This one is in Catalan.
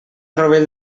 rovell